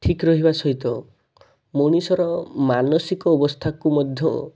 ଠିକ୍ ରହିବା ସହିତ ମଣିଷର ମାନସିକ ଅବସ୍ଥାକୁ ମଧ୍ୟ